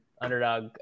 Underdog